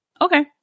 Okay